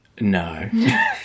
no